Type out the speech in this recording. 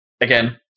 again